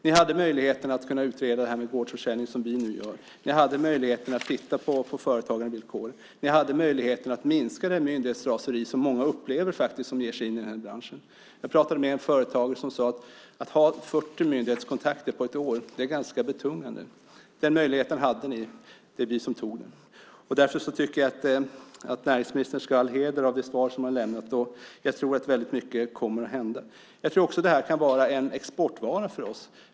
Ni hade möjligheten att utreda det här med gårdsförsäljning, vilket vi nu gör. Ni hade möjligheten att titta på företagande och villkor. Ni hade möjligheten att minska det myndighetsraseri som många som ger sig in i den här branschen upplever. Jag pratade med en företagare som sade att det är ganska betungande att ha 40 myndighetskontakter på ett år. Ni hade den möjligheten, men det är vi som tog den. Därför tycker jag att näringsministern ska ha alla heder av det svar som hon har lämnat. Jag tror att väldigt mycket kommer att hända. Jag tror också att detta kan vara en exportvara för oss.